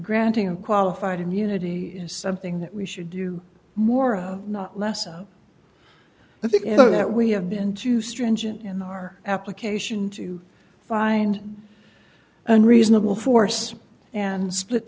granting of qualified immunity is something that we should do more not less and i think you know that we have been too stringent in our application to find unreasonable force and split